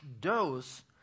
dose